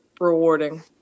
rewarding